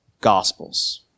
gospels